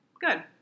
Good